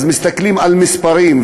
אז מסתכלים על מספרים,